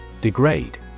Degrade